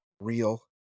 real